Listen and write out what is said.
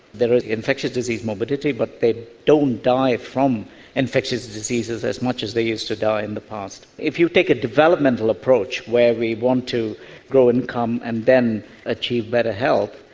there is infectious disease morbidity but they don't die from infectious diseases as much as they used to die in the past. if you take a developmental approach where we want to grow income and then achieve better health,